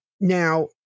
now